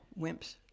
wimps